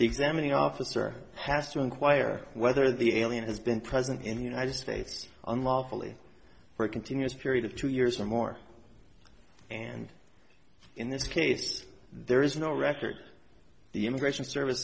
examining officer has to inquire whether the alien has been present in the united states on lawfully for a continuous period of two years or more and in this case there is no record the immigration service